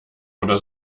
oder